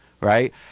right